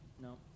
No